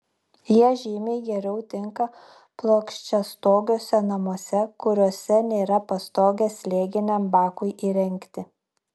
jie žymiai geriau tinka plokščiastogiuose namuose kuriuose nėra pastogės slėginiam bakui įrengti